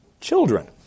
children